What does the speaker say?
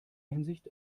hinsicht